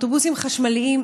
אוטובוסים חשמליים,